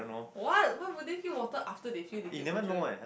what why would they fill water after they fill liquid petroleum